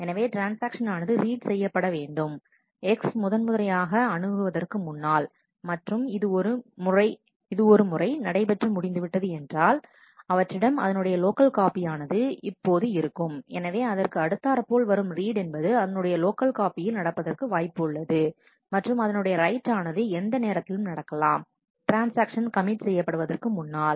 எனவே ட்ரான்ஸ்ஆக்ஷன் ஆனது ரீட் செய்யப்பட வேண்டும் X முதன் முறையாகஅணுகுவதற்கு முன்னாள் மற்றும் இது ஒரு முறை நடைபெற்று முடிந்துவிட்டது என்றால் அவற்றிடம் அதனுடைய லோக்கல் காப்பி ஆனது இப்போது இருக்கும் எனவே அதற்கு அடுத்தாற்போல் வரும் ரீட் என்பது அதனுடைய லோக்கல் காப்பியில் நடப்பதற்கு வாய்ப்பு உள்ளது மற்றும் அதனுடைய ரைட் ஆனது எந்த நேரத்திலும் நடக்கலாம் ட்ரான்ஸ்ஆக்ஷன் கமிட் செய்யப்படுவதற்கு முன்னால்